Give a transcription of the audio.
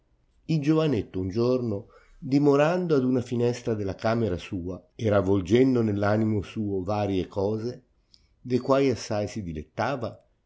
il giovanetto un giorno dimorando ad una finestra della camera sua e ravolgendo nell animo suo varie cose de quai assai si dilettava